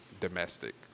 Domestic